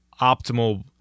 optimal